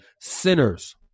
Sinners